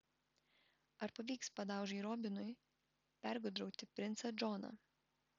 ar pavyks padaužai robinui pergudrauti princą džoną